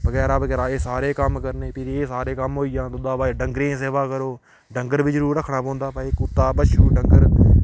बगैरा बगैरा एह् सारे कम्म करने फिरी एह् सारे कम्म होई जान ओह्दे हा बाद च डंगरें दी सेवा करो डंगर बी जरूर रक्खना पौंदा भाई कुत्ता बच्छु डंगर